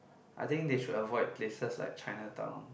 I think they should avoid places like Chinatown